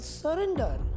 surrender